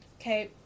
Okay